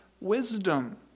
wisdom